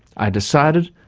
i decided,